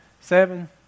seven